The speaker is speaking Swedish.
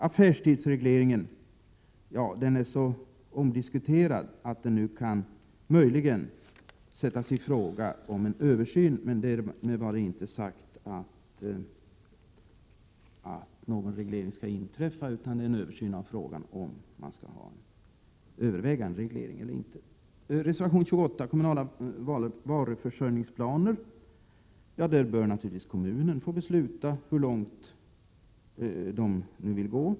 Reservation 22 gäller frågan om affärstidsregleringen, där utskottet emellertid inte föreslår att en reglering skall återinföras. Vad det gäller är endast en översyn av frågan huruvida en reglering bör övervägas eller inte. Reservation 28 gäller frågan om kommunala varuförsörjningsplaner. Naturligtvis bör varje kommun få besluta hur långt man i detta fall vill gå.